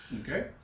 Okay